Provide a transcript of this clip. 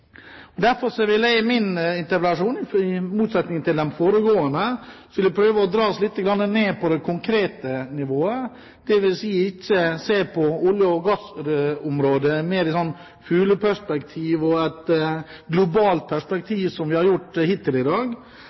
Derfor vil jeg i min interpellasjon, i motsetning til den foregående, prøve å dra oss litt ned på det konkrete nivået, dvs. ikke se på olje- og gassområdet i et fugleperspektiv og i et globalt perspektiv, som vi har gjort hittil i dag,